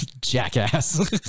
jackass